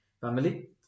family